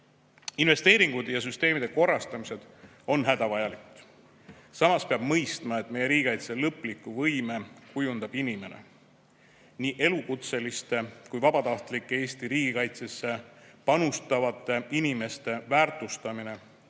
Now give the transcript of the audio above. ülesandeid. Investeeringud ja süsteemide korrastamine on hädavajalik. Samas peab mõistma, et meie riigikaitse lõpliku võime kujundab inimene. Nii elukutseliste kui ka vabatahtlike Eesti riigikaitsesse panustavate inimeste väärtustamine,